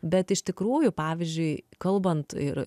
bet iš tikrųjų pavyzdžiui kalbant ir